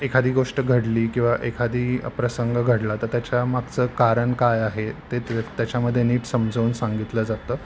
एखादी गोष्ट घडली किंवा एखादी प्रसंग घडला तर त्याच्या मागचं कारण काय आहे ते ते त्याच्यामध्ये नीट समजावून सांगितलं जातं